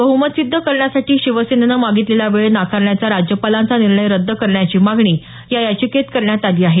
बहमत सिद्ध करण्यासाठी शिवसेनेनं मागितलेला वेळ नाकारण्याचा राज्यपालांचा निर्णय रद्द करण्याची मागणी या याचिकेत करण्यात आली आहे